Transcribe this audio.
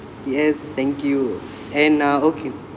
yes thank you and uh okay